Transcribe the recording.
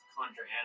Conjure